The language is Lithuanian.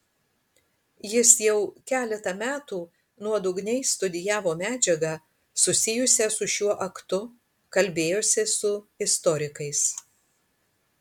jis jau keletą metų nuodugniai studijavo medžiagą susijusią su šiuo aktu kalbėjosi su istorikais